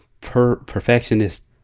perfectionist